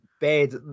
bed